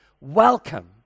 welcome